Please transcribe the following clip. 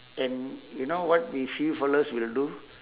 and you know what we few fellows will do